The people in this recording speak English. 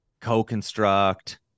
co-construct